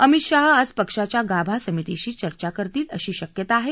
अमित शाह आज पक्षाच्या गाभा समितीशी चर्चा करतील अशी शक्यता आहे